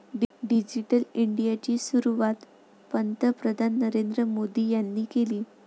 digital इंडियाची सुरुवात पंतप्रधान नरेंद्र मोदी यांनी केली